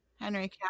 Henry